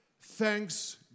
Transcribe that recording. thanks